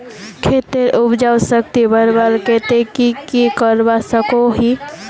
खेतेर उपजाऊ शक्ति बढ़वार केते की की करवा सकोहो ही?